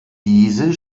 diese